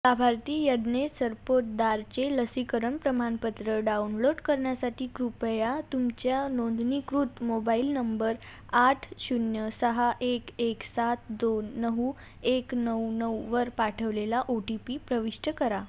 लाभार्थी यज्ञेस सरपोतदारचे लसीकरण प्रमाणपत्र डाउनलोड करण्यासाठी कृपया तुमच्या नोंदणीकृत मोबाइल नंबर आठ शून्य सहा एक एक सात दोन नऊ एक नऊ नऊ वर पाठवलेला ओ टी पी प्रविष्ट करा